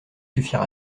suffire